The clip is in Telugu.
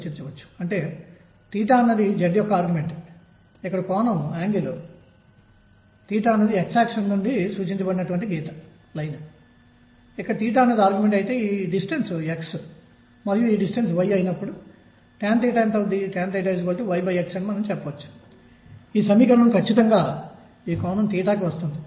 సరైన సమాధానం E nhలేదా nℏ సరిగ్గా ఏ విధమైన సిద్ధాంతం దీనిని ఇస్తుంది